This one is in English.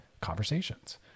conversations